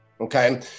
Okay